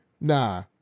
Nah